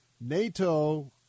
NATO